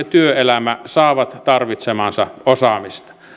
työelämä saavat tarvitsemaansa osaamista